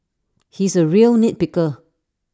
he is A real nit picker